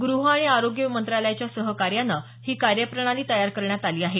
गृह आणि आरोग्य मंत्रालयाच्या सहकार्यानं ही कार्यप्रणाली तयार करण्यात आली आहे